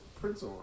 Prince